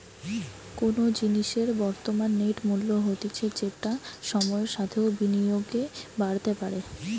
কোনো জিনিসের বর্তমান নেট মূল্য হতিছে যেটা সময়ের সাথেও বিনিয়োগে বাড়তে পারে